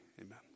Amen